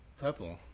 Purple